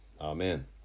Amen